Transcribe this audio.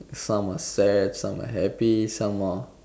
some are sad some are happy some are